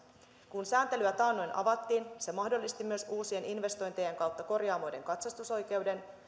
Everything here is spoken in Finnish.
kun sääntelyä taannoin avattiin se mahdollisti myös uusien investointien kautta korjaamoiden katsastusoikeuden